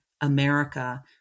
America